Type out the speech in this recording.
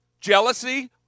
jealousy